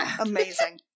Amazing